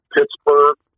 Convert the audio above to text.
Pittsburgh